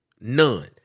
None